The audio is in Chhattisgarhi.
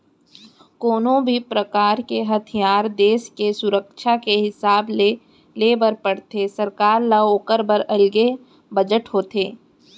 कोनो भी परकार के हथियार देस के सुरक्छा के हिसाब ले ले बर परथे सरकार ल ओखर बर अलगे बजट होथे